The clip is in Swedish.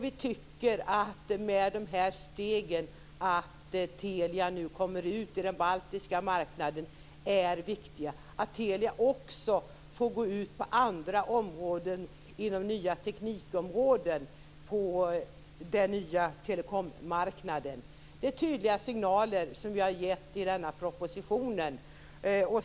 Vi tycker att de här stegen, att Telia nu kommer ut på den baltiska marknaden, är viktiga. Att Telia också får gå in på nya teknikområden på den nya telekommarknaden är tydliga signaler som har getts i propositionen.